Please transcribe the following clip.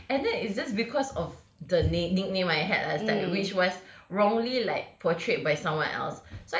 and then it's just because of the nic~ nickname I had last time which was wrongly like portrayed by someone else